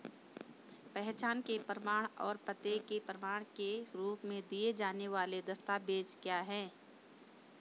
पहचान के प्रमाण और पते के प्रमाण के रूप में दिए जाने वाले दस्तावेज क्या हैं?